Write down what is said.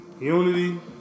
Unity